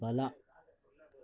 ಬಲ